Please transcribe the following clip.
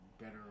better